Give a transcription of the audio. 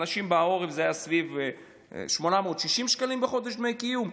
ולאנשים בעורף זה היה משהו סביב 860 שקלים בחודש דמי קיום,